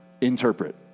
interpret